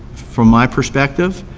from my perspective,